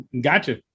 gotcha